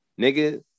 Nigga